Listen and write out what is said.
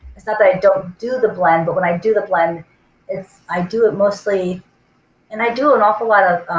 it's not that i don't do the blend but when i do the blend i do it mostly and i do an awful lot of